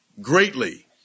greatly